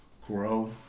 grow